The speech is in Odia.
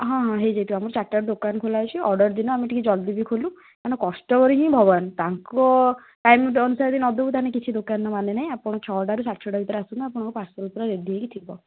ହଁ ହଁ ହୋଇଯାଇଥିବ ଆମର ଚାରିଟାରୁ ଦୋକାନ ଖୋଲା ଅଛି ଅର୍ଡ଼ର ଦିନ ଆମେ ଟିକିଏ ଜଲ୍ଦି ବି ଖୋଲୁ ମାନେ କଷ୍ଟମର ହିଁ ଭଗବାନ ତାଙ୍କ ଟାଇମ୍ ଅନୁସାରେ ଯଦି ନ ଦେବୁ ତାହଲେ କିଛି ଦୋକାନର ମାନେ ନାହିଁ ଆପଣ ଛଅଟାରୁ ସାଢ଼େ ଛଅଟା ଭିତରେ ଆସନ୍ତୁ ଆପଣଙ୍କ ପାର୍ସଲ୍ ପୁରା ରେଡ଼ି ହେଇକି ଥିବ